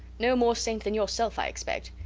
no more saint than yourself, i expect.